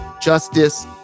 justice